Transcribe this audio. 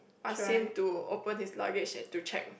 ask him to open his luggage and to check